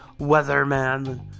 weatherman